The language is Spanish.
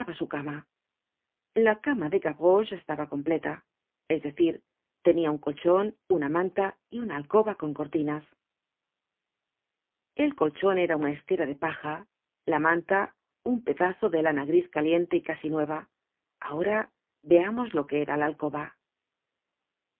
estaba su cama la cama de gavroche estaba completa es decir tenia un colchon una manta y una alcoba con cortinas el colchon era una estera de paja la manta un pedazo de lana gris caliente y casi nueva ahora veamos lo que era la alcoba